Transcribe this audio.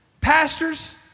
Pastors